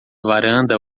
varanda